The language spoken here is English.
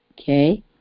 okay